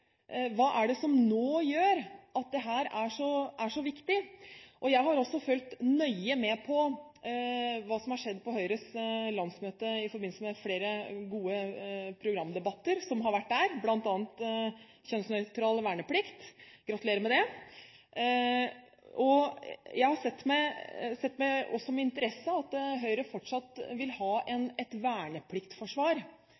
Hva er det som nå gjør at dette er så viktig? Jeg har også fulgt nøye med på hva som har skjedd på Høyres landsmøte i forbindelse med flere gode programdebatter som har vært der, bl.a. om kjønnsnøytral verneplikt – gratulerer med det! Jeg har også sett med interesse at Høyre fortsatt vil ha